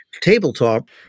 tabletop